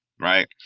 right